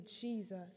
Jesus